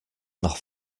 nach